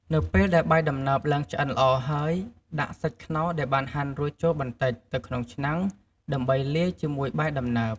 នៅពេលដែលបាយដំណើបឡើងឆ្អិនល្អហើយ ដាក់សាច់ខ្នុរដែលបានហាន់រួចចូលបន្តិចទៅក្នុងឆ្នាំងដើម្បីលាយជាមួយបាយដំណើប។